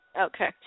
Okay